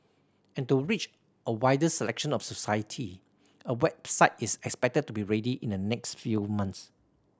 and to reach a wider selection of society a website is expected to be ready in the next few months